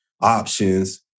options